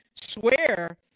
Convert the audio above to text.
swear